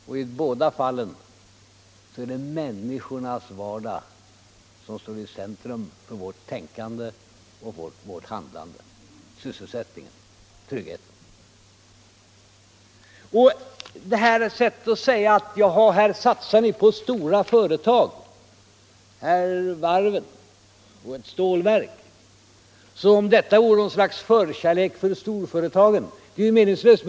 Och i båda fallen är det människornas vardag som står i centrum för vårt tänkande och vårt handlande — sysselsättningen, tryggheten. Att säga att ”här satsar ni på stora företag, på varven och ett stålverk”, som om detta skulle innebära något slags förkärlek för stora företag, är ju meningslöst.